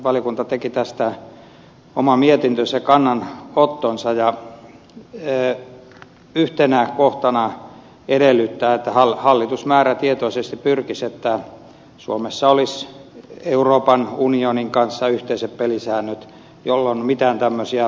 valiokunta teki tästä oman mietintönsä ja kannanottonsa ja yhtenä kohtana edellyttää että hallitus määrätietoisesti pyrkisi siihen että suomessa olisi euroopan unionin kanssa yhteiset pelisäännöt jolloin mitään tämmöisiä ed